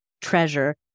treasure